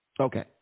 okay